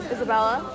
Isabella